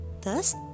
Thus